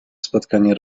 spotkanie